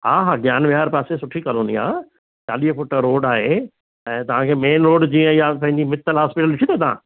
हा हा ज्ञान विहार पासे सुठी कॉलौनी आहे चालीह फुट रोड आहे ऐं तव्हांखे मेन रोड जीअं या पंहिंजी मित्तल हॉस्पिटल ॾिठी अथव तव्हां